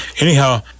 Anyhow